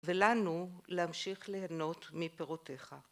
ולנו להמשיך להנות מפירותיך.